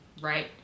right